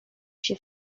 się